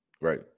Right